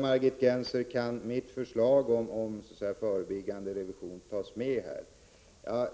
Margit Gennser frågar om hennes förslag om förebyggande revision kan tas med där.